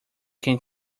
can